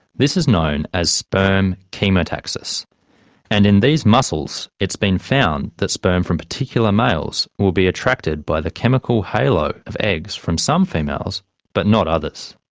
this is known as sperm chemotaxis and in these mussels it's been found that sperm from particular males will be attracted by the chemical halo of eggs from some females but not others.